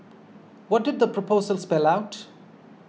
what did the proposal spell out